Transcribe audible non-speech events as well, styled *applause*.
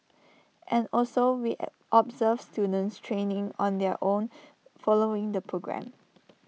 and also we *hesitation* observe students training on their own following the programme